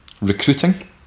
recruiting